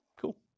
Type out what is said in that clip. Cool